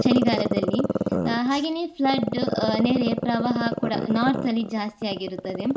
ಚಳಿಗಾಲದಲ್ಲಿ ಹಾಗೆಯೇ ಫ್ಲಡ್ ನೆರೆ ಪ್ರವಾಹ ಕೂಡ ನಾರ್ತಲ್ಲಿ ಜಾಸ್ತಿಯಾಗಿರುತ್ತದೆ